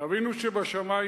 "אבינו שבשמים,